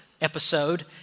episode